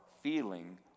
feeling